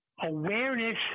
awareness